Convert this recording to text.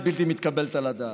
היא בלתי מתקבלת על הדעת.